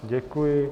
Děkuji.